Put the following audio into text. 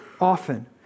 Often